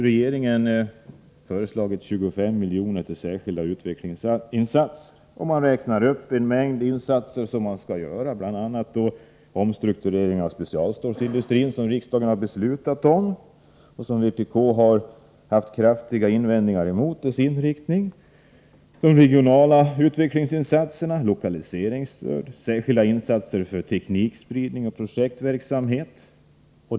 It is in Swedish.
Regeringen har föreslagit 25 miljoner till särskilda utvecklingsinsatser, och man räknar upp en mängd åtgärder som man skall vidta, bl.a. omstrukturering av specialstålsindustrin, som riksdagen har beslutat om, ett beslut vars inriktning vpk har haft kraftiga invändningar mot. Andra exempel på regionala utvecklingsinsatser är lokaliseringsstöd, särskilda insatser för teknikspridning och projektverksamhet.